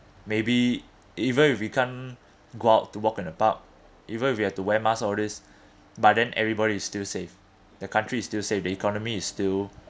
maybe even if we can't go out to walk in the park even if you have to wear mask all these but then everybody is still safe the country is still safe the economy is still